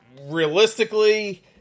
Realistically